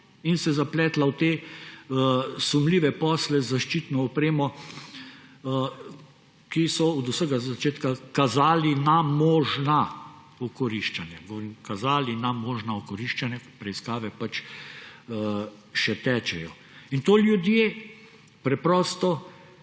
in se zapletla v te sumljive posle z zaščitno opremo, ki so od vsega začetka kazali na možna okoriščanja. Govorim, kazali na možna okoriščanja, ker preiskave pač še tečejo. In to ljudje preprosto